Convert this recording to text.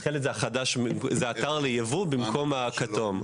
התכלת הוא אתר ליבוא במקום הכתום.